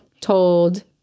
told